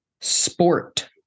sport